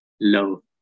low